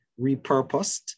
repurposed